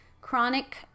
Chronic